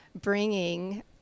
bringing